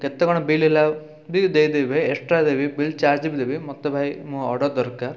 କେତେ କଣ ବିଲ୍ ହେଲା ବିଲ୍ ଦେଇଦେବି ଭାଇ ଏକ୍ସଟ୍ରା ଦେବି ବିଲ୍ ଚାର୍ଜ ବି ଦେବି ମୋତେ ଭାଇ ମୋ ଅର୍ଡ଼ର୍ ଦରକାର